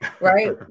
right